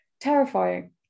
terrifying